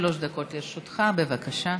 עד שלוש דקות לרשותך, בבקשה.